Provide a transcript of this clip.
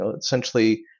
essentially